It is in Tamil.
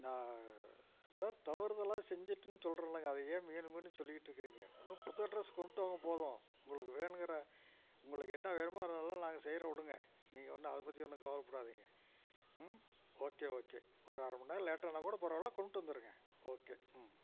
நான் ஏதோ தவறுதலாக செஞ்சிட்டேன்னு சொல்கிறேன்லங்க அதை ஏன் மீண்டும் மீண்டும் சொல்லிக்கிட்ருக்கிறீங்க ஒன்று புது அட்ரஸ்க்கு கொண்டு வாங்க போதும் உங்களுக்கு வேணுங்கிற உங்களுக்கு என்ன வேணுமோ அதெல்லாம் நாங்கள் செய்கிறோம் விடுங்க நீங்கள் ஒன்றும் அதை பற்றி ஒன்றும் கவலைப்படாதீங்க ம் ஓகே ஓகே ஒரு அரமணி நேரம் லேட் ஆனால் கூட பரவாயில்ல கொண்டு வந்துடுங்க ஓகே ம்